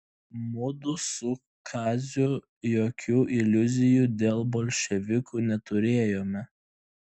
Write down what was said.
mudu su kaziu jokių iliuzijų dėl bolševikų neturėjome